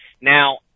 Now